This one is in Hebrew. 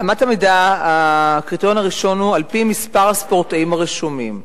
1. הקריטריון הראשון הוא על-פי מספר הספורטאים הרשומים,